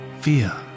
fear